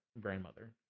grandmother